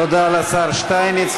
תודה לשר שטייניץ.